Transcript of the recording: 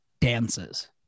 dances